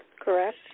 correct